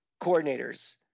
coordinators